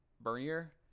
Bernier